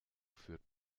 führt